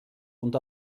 und